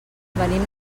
venim